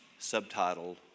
subtitled